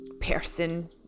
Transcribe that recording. person